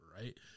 right